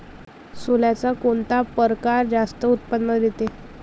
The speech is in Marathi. सोल्याचा कोनता परकार जास्त उत्पन्न देते?